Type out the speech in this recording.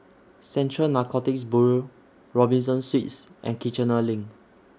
Central Narcotics Bureau Robinson Suites and Kiichener LINK